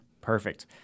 Perfect